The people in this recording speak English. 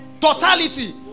Totality